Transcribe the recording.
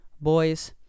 boys